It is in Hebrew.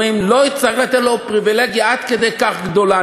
אומרים שלא ניתן לו פריבילגיה עד כדי כך גדולה,